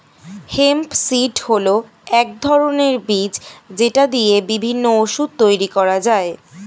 hemp seed হল এক ধরনের বীজ যেটা দিয়ে বিভিন্ন ওষুধ তৈরি করা হয়